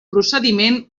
procediment